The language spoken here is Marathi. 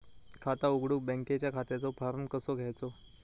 खाता उघडुक बँकेच्या खात्याचो फार्म कसो घ्यायचो?